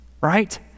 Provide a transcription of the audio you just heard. right